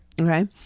Okay